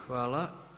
Hvala.